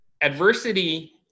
Adversity